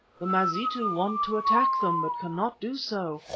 the mazitu want to attack them but cannot do so,